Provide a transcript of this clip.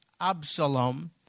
Absalom